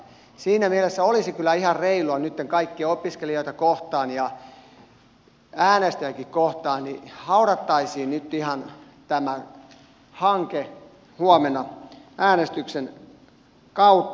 siinä mielessä olisi kyllä ihan reilua nytten kaikkia opiskelijoita kohtaan ja äänestäjiäkin kohtaan että haudattaisiin tämä hanke huomenna äänestyksen kautta